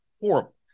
horrible